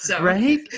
Right